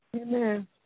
Amen